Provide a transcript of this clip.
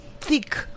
thick